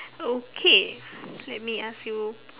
okay let me ask you